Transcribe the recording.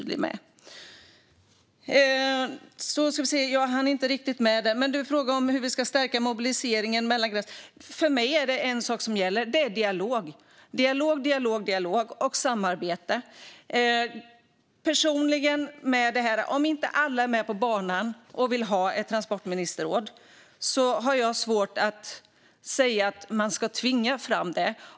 Du frågade om hur vi ska stärka mobiliseringen, Linda Modig. För mig är det en sak som gäller, nämligen dialog, dialog, dialog - och samarbete. Om inte alla är med på banan och vill ha ett transportministerråd har jag svårt att säga att man ska tvinga fram det.